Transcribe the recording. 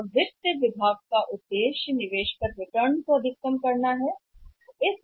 तथा वित्त विभाग का उद्देश्य निवेश पर मिलने वाले रिटर्न को अधिकतम करना है निवेश पर